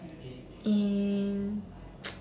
and